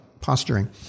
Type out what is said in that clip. posturing